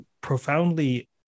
profoundly